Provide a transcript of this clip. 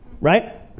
Right